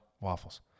waffles